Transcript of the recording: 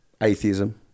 atheism